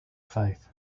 faith